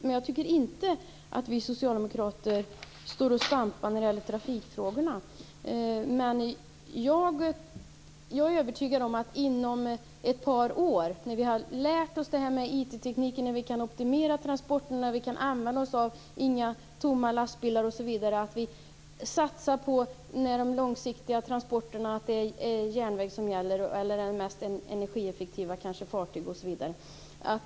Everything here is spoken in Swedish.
Men jag tycker inte att vi socialdemokrater står och stampar när det gäller trafikfrågorna. Men jag är övertygad om att vi inom ett par år, när vi har lärt oss IT-tekniken och kan optimera transporterna och när vi kan se till att man inte låter några lastbilar köra tomma osv., satsar på att de långa transporterna sker med järnväg eller med det mest energieffektiva transportmedlet, kanske fartyg osv.